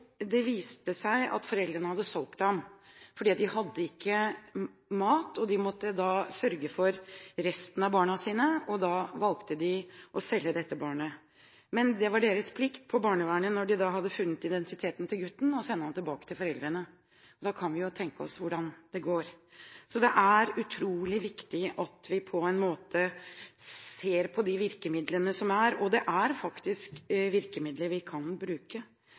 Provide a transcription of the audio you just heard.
det viste seg at foreldrene hadde solgt ham fordi de ikke hadde mat og måtte sørge for resten av barna sine. Da valgte de å selge dette barnet. Det var barnehjemmets plikt – da de hadde funnet ut denne guttens identitet – å sende ham tilbake til foreldrene. Da kan vi jo tenke oss hvordan det går. Det er utrolig viktig at vi ser på de virkemidlene som finnes, og det er faktisk virkemidler vi kan bruke.